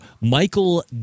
Michael